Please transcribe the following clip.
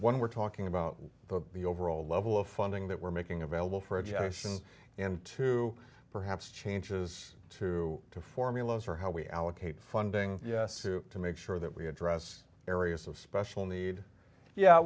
when we're talking about but the overall level of funding that we're making available for education into perhaps changes to the formulas for how we allocate funding to make sure that we address areas of special need yeah